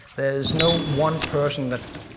there's no one person that.